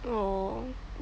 orh